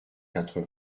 quatre